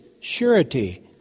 surety